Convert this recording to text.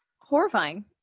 horrifying